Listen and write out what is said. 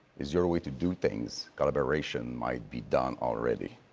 is your way to do things, collaboration might be done already.